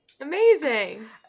Amazing